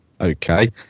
Okay